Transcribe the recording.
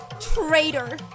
Traitor